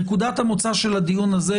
נקודת המוצא של הדיון הזה,